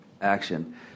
action